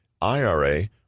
IRA